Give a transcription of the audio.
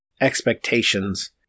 expectations